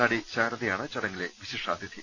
നടി ശാരദയാണ് ചടങ്ങിലെ വിശിഷ്ടാതിഥി